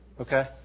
Okay